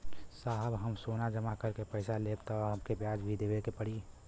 साहब हम सोना जमा करके पैसा लेब त हमके ब्याज भी देवे के पड़ी?